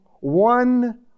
one